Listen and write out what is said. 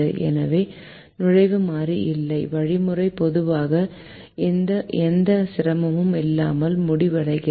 எனவே நுழைவு மாறி இல்லை வழிமுறை பொதுவாக எந்த சிரமமும் இல்லாமல் முடிவடைகிறது